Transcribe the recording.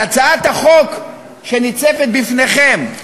על הצעת החוק שניצבת בפניכם,